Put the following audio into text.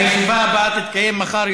הישיבה הבאה תתקיים מחר,